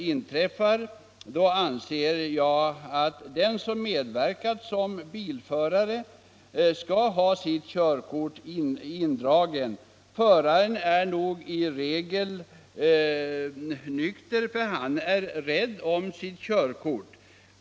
Jag anser att den som medverkat som bilförare vid sådana händelser skall få körkortet indraget. Föraren är nog i regel nykter, eftersom han är rädd om sitt körkort.